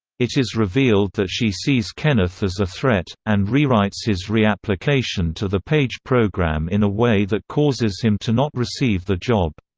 it is revealed that she sees kenneth as a threat, and rewrites his reapplication to the page program in a way that causes him to not receive the job.